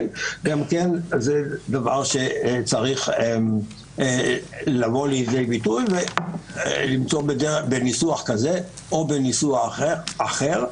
גם זה צריך לבוא לידי ביטוי ולמצוא ניסוח כזה או בניסוח אחר,